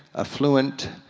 affluent,